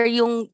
yung